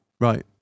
Right